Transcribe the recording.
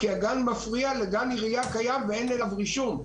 כי הגן מפריע לגן עירייה קיים ואין אליו רישום.